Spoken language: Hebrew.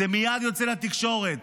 זה מייד יוצא לתקשורת.